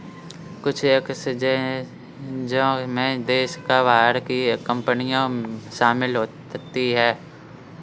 कुछ एक्सचेंजों में देश के बाहर की कंपनियां शामिल होती हैं